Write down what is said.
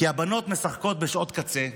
כי הבנות משחקות בשעות קצה,